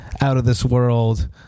out-of-this-world